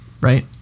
right